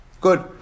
Good